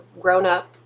grown-up